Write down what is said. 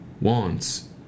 Wants